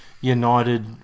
United